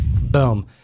Boom